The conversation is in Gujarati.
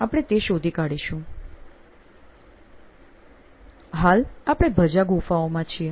આપણે તે શોધી કાઢીશું હાલ આપણે ભજા ગુફાઓમાં છીએ